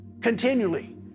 continually